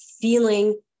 feeling